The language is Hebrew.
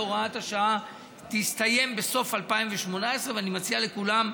והוראת השעה תסתיים בסוף 2018. אני מציע לכולם,